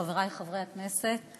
חברי חברי הכנסת,